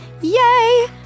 Yay